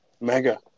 Mega